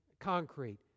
concrete